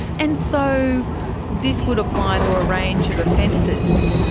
and so this would apply to a range of offences.